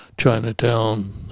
Chinatown